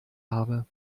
habe